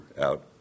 out